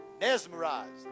mesmerized